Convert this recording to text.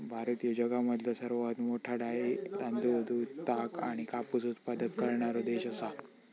भारत ह्यो जगामधलो सर्वात मोठा डाळी, तांदूळ, दूध, ताग आणि कापूस उत्पादक करणारो देश आसा